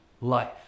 life